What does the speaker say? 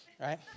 right